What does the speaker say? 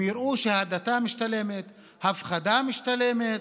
הם יראו שההדתה משתלמת, ההפחדה משתלמת,